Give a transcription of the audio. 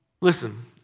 Listen